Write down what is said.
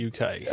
UK